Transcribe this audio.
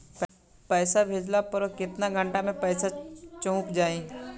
पैसा भेजला पर केतना घंटा मे पैसा चहुंप जाई?